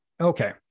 Okay